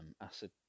acid